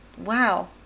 wow